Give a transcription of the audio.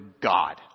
God